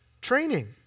training